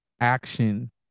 action